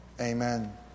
Amen